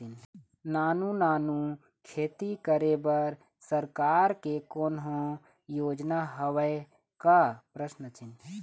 नानू नानू खेती करे बर सरकार के कोन्हो योजना हावे का?